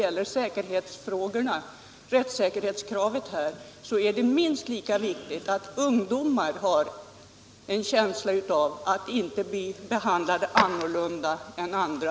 Jag tycker att det är minst lika väsentligt att ungdomar får känna att de inte behandlas annorlunda än andra.